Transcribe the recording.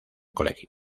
colegio